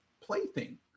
plaything